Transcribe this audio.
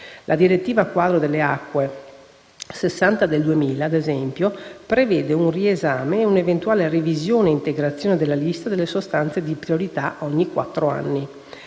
La direttiva quadro sulle acque 2000/60/CE, ad esempio, prevede un riesame e una eventuale revisione e integrazione della lista delle sostanze di priorità ogni quattro anni.